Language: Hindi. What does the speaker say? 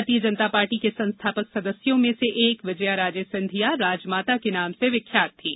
भारतीय जनता पार्टी के संस्थापक सदस्यों में से एक विजया राजे सिंधिया राजमाता के नाम से विख्यात थीं